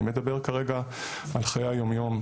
אני מדבר כרגע על חיי היום יום,